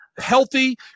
healthy